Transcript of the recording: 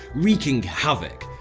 wreaking havoc.